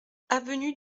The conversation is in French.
avenue